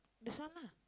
this one lah